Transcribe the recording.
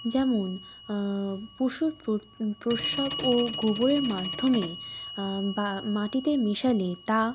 যেমন পশুর প্রস প্রস্রাব ও গোবরের মাধ্যমে বা মাটিতে মেশালে তা